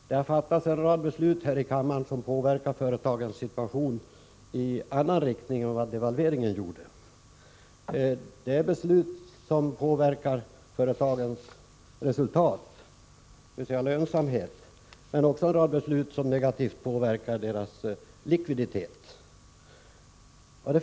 Det har fattats en rad beslut här i kammaren som påverkar företagens situation i en annan riktning än vad devalveringen gjorde — beslut som påverkar företagens resultat, dvs. lönsamhet, men också beslut som negativt påverkar deras likviditet.